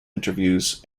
interviews